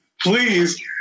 please